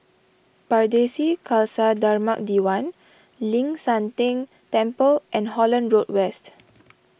Pardesi Khalsa Dharmak Diwan Ling San Teng Temple and Holland Road West